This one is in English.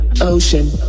Ocean